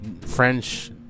French